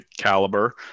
caliber